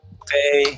okay